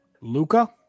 Luca